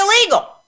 illegal